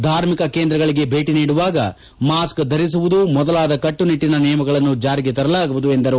ಧಾರ್ಮಿಕ ಕೇಂದ್ರಗಳಿಗೆ ಭೇಟಿ ನೀಡುವಾಗ ಮಾಸ್ಕ ಧರಿಸುವುದು ಮೊದಲಾದ ಕಟ್ಟುನಿಟ್ಟನ ನಿಯಮಗಳನ್ನು ಜಾರಿಗೆ ತರಲಾಗುವುದು ಎಂದರು